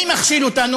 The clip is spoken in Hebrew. מי מכשיל אותנו?